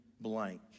blank